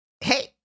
Hey